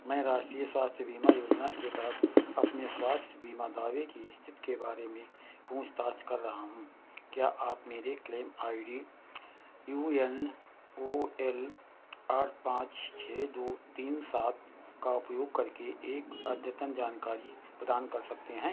मैं राष्ट्रीय स्वास्थ्य बीमा योजना के तहत अपने स्वास्थ्य बीमा दावे की स्तिथि के बारे में पूँछताछ कर रहा हूँ क्या आप मेरे claim I D U N O L आठ पाँच छः दो तीन सात का उपयोग करके एक अद्यतन जानकारी प्रदान कर सकते हैं